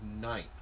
night